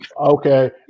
Okay